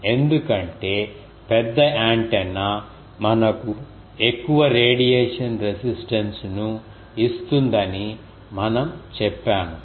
ఎందుకంటే పెద్ద యాంటెన్నా మనకు ఎక్కువ రేడియేషన్ రెసిస్టెన్స్ ను ఇస్తుందని మనం చెప్పాము